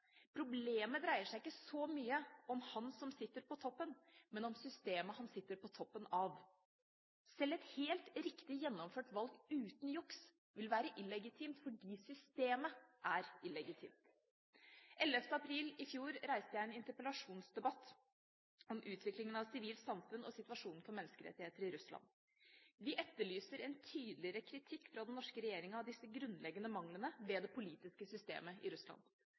Problemet dreier seg ikke så mye om han som sitter på toppen, men om det systemet han sitter på toppen av. Sjøl et helt riktig gjennomført valg uten juks vil være illegitimt fordi systemet er illegitimt. Den 9. mai i fjor reiste jeg en interpellasjonsdebatt om utviklingen av sivilt samfunn og situasjonen for menneskerettigheter i Russland. Vi etterlyser en tydeligere kritikk fra den norske regjeringa av disse grunnleggende manglene ved det politiske systemet i Russland.